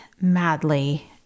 madly